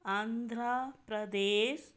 Andhra Pradesh